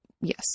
yes